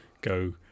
go